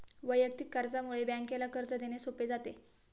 वैयक्तिक कर्जामुळे बँकेला कर्ज देणे सोपे जाते